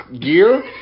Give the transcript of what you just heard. gear